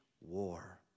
war